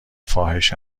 فاحش